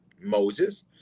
Moses